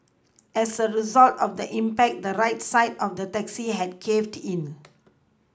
as a result of the impact the right side of the taxi had caved in